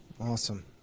Awesome